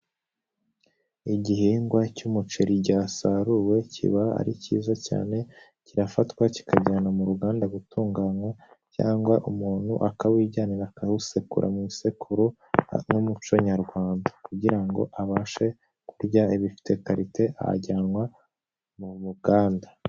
Igihingwa cy'umuceri cyasaruwe kiba ari kiza cyane, kirafatwa kikajyana mu ruganda gutunganywa cyangwa umuntu akawijyanira akawusekura mu isekuru n'umuco nyarwanda kugira ngo abashe kurya ibifite karite awujyana mu ruganda.